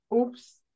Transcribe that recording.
oops